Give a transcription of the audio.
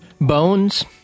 Bones